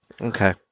Okay